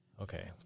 Okay